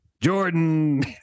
Jordan